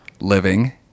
living